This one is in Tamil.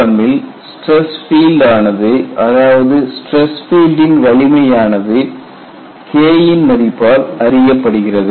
LEFM ல் ஸ்டிரஸ் பீல்டு ஆனது அதாவது ஸ்டிரஸ் பீல்டின் வலிமையானது K ன் மதிப்பால் அறியப்படுகிறது